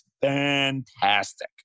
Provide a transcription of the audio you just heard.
fantastic